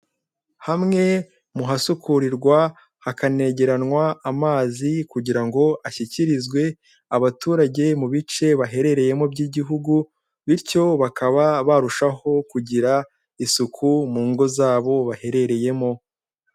Hamwe muhasukurirwa hakanegeranwa amazi kugira ngo ashyikirizwe abaturage mu bice baherereyemo by'Igihugu bityo bakaba barushaho kugira isuku mu ngo zabo baherereyemo.